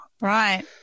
Right